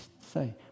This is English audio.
say